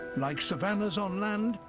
like savannas on land,